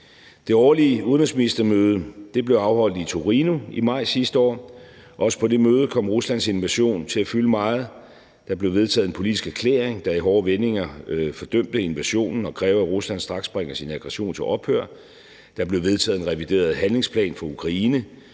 Det årlige udenrigsministermøde blev afholdt i Torino i maj sidste år, og også på det møde kom Ruslands invasion til at fylde meget. Der blev vedtaget en politisk erklæring, der i hårde vendinger fordømte invasionen og kræver, at Rusland straks bringer sin aggression til ophør. Der blev vedtaget en revideret handlingsplan for Ukraine,